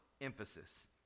emphasis